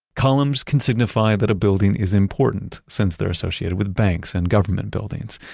columns can signify that a building is important since they're associated with banks and government buildings.